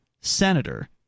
senator